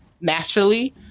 naturally